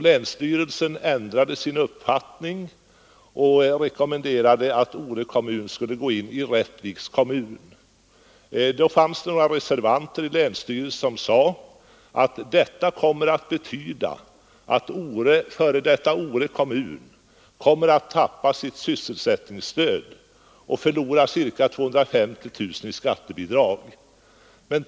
Länsstyrelsens majoritet anslöt sig till opinionen — och rekommenderade att Ore kommun skulle gå in i Rättviks kommun. Några reservanter i länsstyrelsen anförde att detta skulle betyda att f. d. Ore kommun skulle tappa sitt sysselsättningsstöd och förlora ca 350 000 kronor i skattebidrag.